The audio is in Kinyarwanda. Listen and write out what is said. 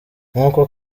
nk’uko